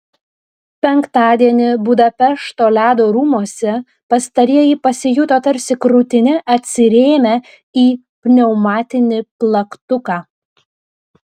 penktadienį budapešto ledo rūmuose pastarieji pasijuto tarsi krūtine atsirėmę į pneumatinį plaktuką